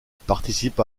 participe